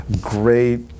great